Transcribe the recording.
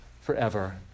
forever